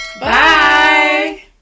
Bye